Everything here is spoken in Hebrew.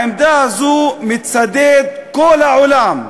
בעמדה הזאת מצדד כל העולם.